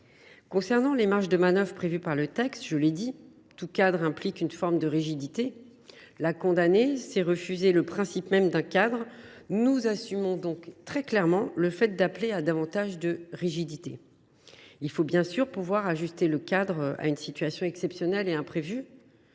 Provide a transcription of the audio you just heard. réponse. des marges de manœuvre prévues par le texte ? Je le répète, tout cadre implique une forme de rigidité. La condamner, c’est refuser le principe même d’un cadre. Nous assumons clairement le fait d’appeler à davantage de rigidité. Il faut bien sûr pouvoir ajuster le cadre à une situation exceptionnelle et imprévue.